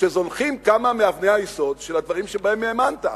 שזונחים כמה מאבני יסוד של הדברים שבהם האמנת.